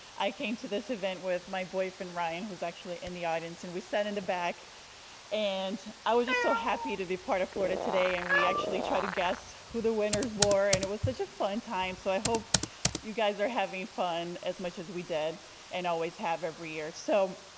i came to this event with my boyfriend ryan whose actually in the audience. we sat in the back and i was just so happy to be part of florida today and we actually try to guess who the winners were and it was such a fun time. so i hope you guys are having fun as much as we did and always have every year. so